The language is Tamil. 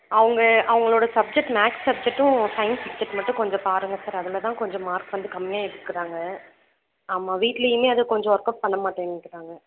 அவங்க அவங்களோட சப்ஜெக்ட் மேக்ஸ் சப்ஜெக்ட்டும் சயின்ஸ் சப்ஜெக்ட்டு மட்டும் கொஞ்சம் பாருங்கள் சார் அதில் தான் கொஞ்சம் மார்க் வந்து கம்மியாக எடுக்கிறாங்க ஆமாம் வீட்லேயுமே அது கொஞ்சம் ஒர்க் அவுட் பண்ணமாட்டேங்கிறாங்க